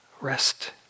Rest